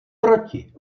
proti